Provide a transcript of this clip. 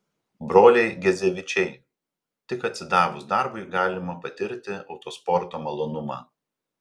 broliai gezevičiai tik atsidavus darbui galima patirti autosporto malonumą